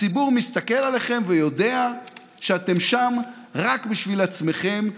הציבור מסתכל עליכם ויודע שאתם שם רק בשביל עצמכם,